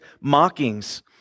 mockings